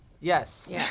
Yes